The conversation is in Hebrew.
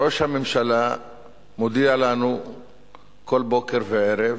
ראש הממשלה מודיע לנו כל בוקר וערב